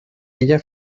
ella